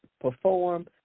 perform